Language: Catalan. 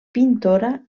pintora